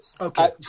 Okay